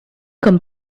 comme